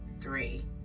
three